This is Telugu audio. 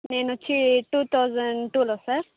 నేనొచ్చి టూ థౌసండ్ టూలో సార్